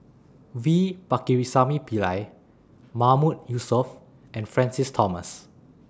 V Pakirisamy Pillai Mahmood Yusof and Francis Thomas